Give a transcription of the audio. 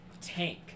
tank